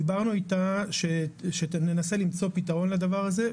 דברנו אתה שננסה למצוא לדבר הזה פתרון.